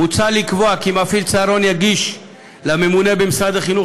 מוצע לקבוע כי מפעיל צהרון יגיש לממונה במשרד החינוך,